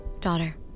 Daughter